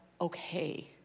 okay